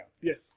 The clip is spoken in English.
Yes